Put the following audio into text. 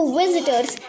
visitors